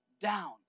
down